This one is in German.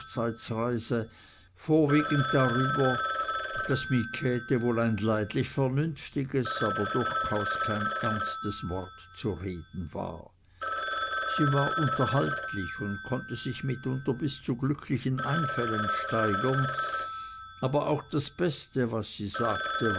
vorwiegend darüber daß mit käthe wohl ein leidlich vernünftiges aber durchaus kein ernstes wort zu reden war sie war unterhaltlich und konnte sich mitunter bis zu glücklichen einfällen steigern aber auch das beste was sie sagte